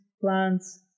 plants